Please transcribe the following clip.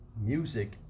music